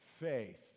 Faith